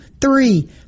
Three